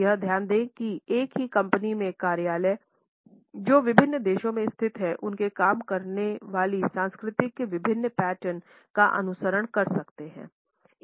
यह ध्यान दें कि एक ही कंपनी के कार्यालय जो विभिन्न देशों में स्थित हैं उन में काम करने वाली संस्कृतियां विभिन्न पैटर्न का अनुसरण कर सकते हैं